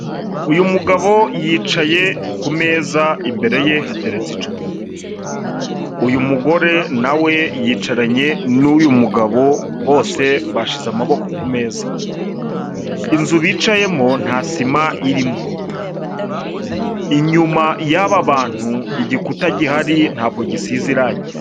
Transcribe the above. Uyu mugabo yicaye ku meza imbere ye haretse icupa, uyu mugore nawe yicaranye n'uyu mugabo bose bashyize amaboko ku meza, inzu bicayemo nta sima irimo, inyuma y'aba bantu igikuta gihari ntabwo gisize irange.